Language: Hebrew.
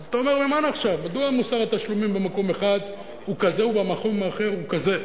אז אתה אומר: מדוע מוסר התשלומים במקום אחד הוא כזה ובמקום אחר הוא כזה?